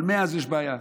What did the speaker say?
אבל מאז יש בעיה,